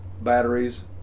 batteries